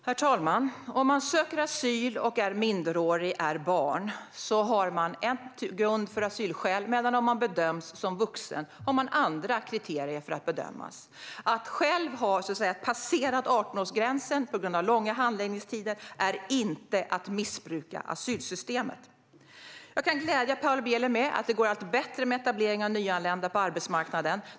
Herr talman! Om man söker asyl, är minderårig och är barn har man det som grund för bedömningen av asylskäl. Om man bedöms som vuxen har man andra kriterier för bedömningen av asylskäl. Att ha passerat 18årsgränsen på grund av långa handläggningstider är inte att missbruka asylsystemet. Jag kan glädja Paula Bieler med att det går allt bättre med etableringen av nyanlända på arbetsmarknaden.